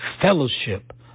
fellowship